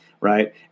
Right